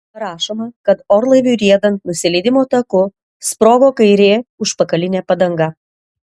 rašoma kad orlaiviui riedant nusileidimo taku sprogo kairė užpakalinė padanga